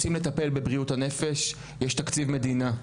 רוצים לטפל בבריאות הנפש יש תקציב מדינה.